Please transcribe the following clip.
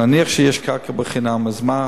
נניח שיש קרקע בחינם, אז מה?